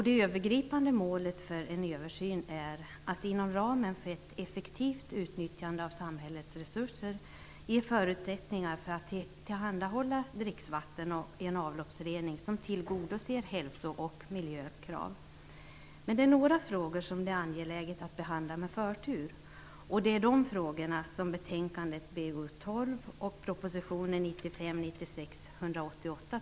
Det övergripande målet för en översyn är att man inom ramen för ett effektivt utnyttjande av samhällets resurser skall ge förutsättningar för att tillhandahålla dricksvatten och en avloppsrening som tillgodoser hälso och miljökraven. Det är angeläget att behandla några frågor med förtur. Det är de frågor som tas upp i betänkande BoU12 och prop. 1995/96:188.